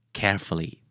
carefully